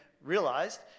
realized